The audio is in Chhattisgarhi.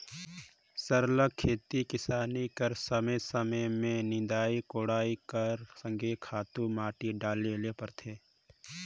सरलग खेती किसानी कर समे समे में निंदई कोड़ई कर संघे खातू माटी घलो डाले ले परथे